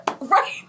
Right